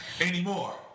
Anymore